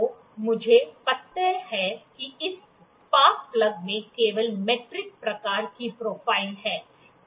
तो मुझे पता है कि इस स्पार्क प्लग में केवल मीट्रिक प्रकार की प्रोफ़ाइल है